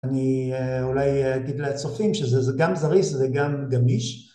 אני אולי אגיד לצופים שזה גם זריז וגם גמיש